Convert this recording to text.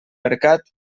mercat